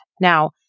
Now